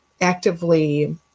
actively